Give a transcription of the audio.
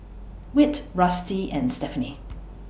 Whit Rusty and Stephaine